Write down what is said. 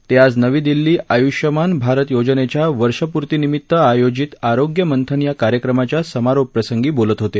ते आज नवी दिल्ली आयुष्यमान भारत योजनेच्या वर्षपूर्तीनिमीत्त आयोजित आरोग्य मंथन या कार्यक्रमाच्या समारोप प्रसंगी बोलत होते